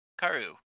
Karu